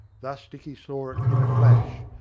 thus dicky saw it in a flash,